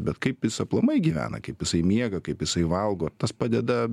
bet kaip jis aplamai gyvena kaip jisai miega kaip jisai valgo tas padeda